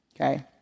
Okay